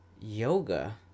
yoga